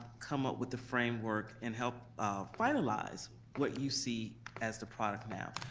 come up with the framework, and help finalize what you see as the product now.